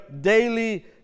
daily